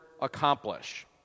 accomplish